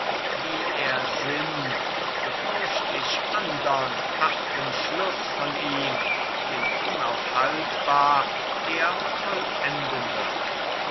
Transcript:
wie er sinnt befürcht ich andern harten schluß von ihm den unaufhaltbar er vollenden wird